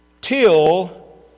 till